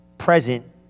Present